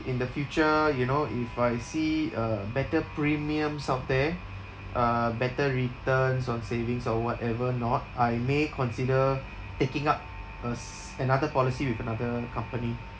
in the future you know if I see uh better premiums out there uh better returns on savings or whatever not I may consider taking up a s~ another policy with another company